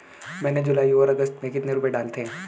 मैंने जुलाई और अगस्त में कितने रुपये डाले थे?